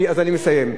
אני מסיים.